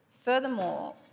Furthermore